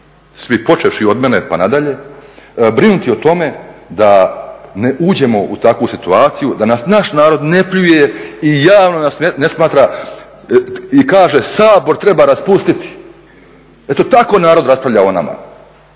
svi, počevši od mene pa na dalje brinuti o tome da ne uđemo u takvu situaciju, da nas naš narod ne pljuje i javno kaže Sabor treba raspustiti, eto tako narod raspravlja o nama.